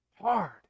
Hard